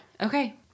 Okay